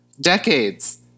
decades